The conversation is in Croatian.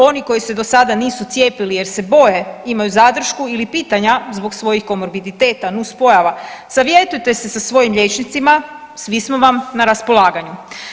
Oni koji se do sada nisu cijepili jer se boje, imaju zadršku ili pitanja zbog svojih komorbiditeta, nuspojava, savjetujte se sa svojim liječnicima, svi smo vam na raspolaganju.